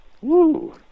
woo